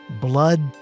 Blood